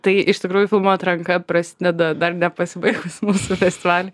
tai iš tikrųjų filmų atranka prasideda dar nepasibaigus mūsų festivaliui